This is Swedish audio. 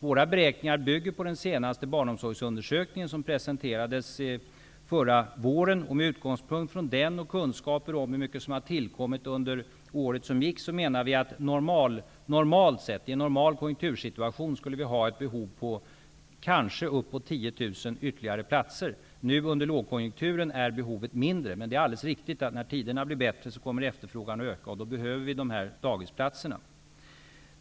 Våra beräkningar bygger på den senaste barnomsorgsundersökningen som presenterades förra våren. Med utgångspunkt i den och med kunskaper om hur mycket som har tillkommit under året som gick, menar vi att i en normal konjunktursituation skulle vi ha ett behov på ytterligare upp till 10 000 platser. Nu under lågkonjunkturen är behovet mindre. Men det är alldeles riktigt att när tiderna blir bättre kommer efterfrågan att öka. Då behöver vi dessa dagisplatser.